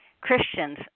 Christians